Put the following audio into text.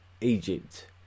Egypt